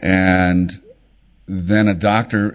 and then a doctor